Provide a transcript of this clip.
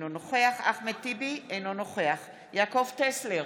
אינו נוכח אחמד טיבי, אינו נוכח יעקב טסלר,